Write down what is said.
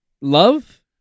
love